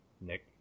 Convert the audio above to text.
Nick